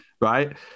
Right